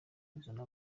kuzana